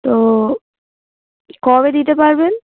তো কবে দিতে পারবেন